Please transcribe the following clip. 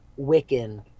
Wiccan